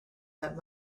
that